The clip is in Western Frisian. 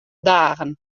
dagen